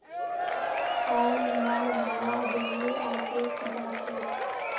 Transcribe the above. आइज मोर भाया बिजली ऑफिस जा छ